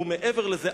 ומעבר לזה,